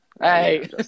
Hey